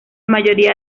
mayoría